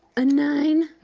a nine,